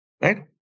Right